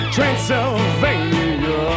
Transylvania